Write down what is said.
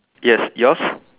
yes yours